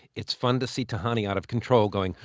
it's fun to see tahani out of control, going,